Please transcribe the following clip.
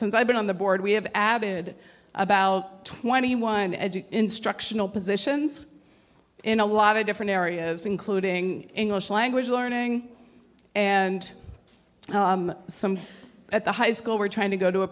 since i've been on the board we have added about twenty one educate instructional positions in a lot of different areas including english language learning and some at the high school we're trying to go to a